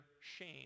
shame